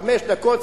חמש דקות,